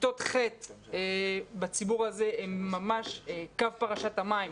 כיתות ח' בציבור הזה הן ממש קו פרשת המים